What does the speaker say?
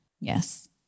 Yes